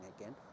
again